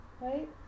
right